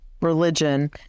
religion